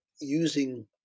using